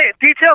details